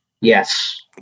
yes